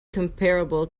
comparable